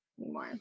anymore